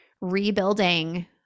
rebuilding